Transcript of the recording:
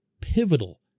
pivotal